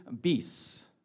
beasts